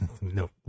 No